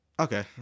Okay